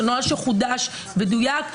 שהוא נוהל שחודש ודויק.